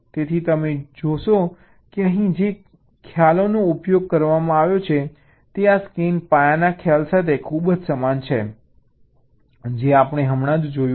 તેથી તમે જોશો કે અહીં જે ખ્યાલોનો ઉપયોગ કરવામાં આવ્યો છે તે આ સ્કેન પાથના ખ્યાલ સાથે ખૂબ જ સમાન છે જે આપણે હમણાં જ જોયું હતું